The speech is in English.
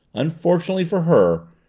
unfortunately for her,